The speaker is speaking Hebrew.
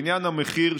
לעניין המחיר,